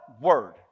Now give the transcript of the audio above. word